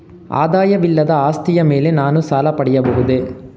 ಆದಾಯವಿಲ್ಲದ ಆಸ್ತಿಯ ಮೇಲೆ ನಾನು ಸಾಲ ಪಡೆಯಬಹುದೇ?